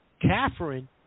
Catherine